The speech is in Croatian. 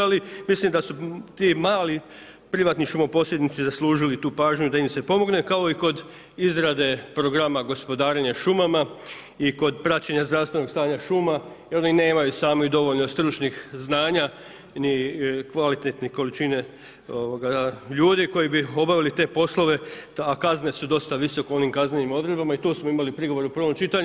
Ali mislim da su ti mali privatni šumo posjednici zaslužili tu pažnju da im se pomogne kao i kod izrade programa gospodarenja šumama i kod praćenja zdravstvenog stanja šuma jer oni nemaju sami dovoljno stručnih znanja ni kvalitetne količine ljudi koji bi obavili te poslove, a kazne su dosta visoke u onim kaznenim odredbama i tu smo imali prigovora u prvom čitanju.